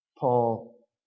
Paul